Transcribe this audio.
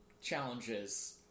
challenges